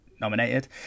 nominated